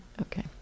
Okay